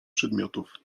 przedmiotów